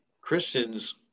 Christians